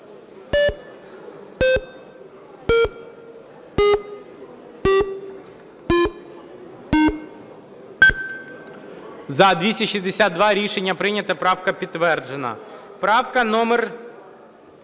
За-262 Рішення прийнято. Правка підтверджена.